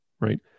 right